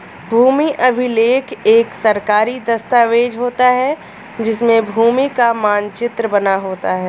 भूमि अभिलेख एक सरकारी दस्तावेज होता है जिसमें भूमि का मानचित्र बना होता है